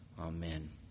Amen